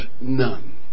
none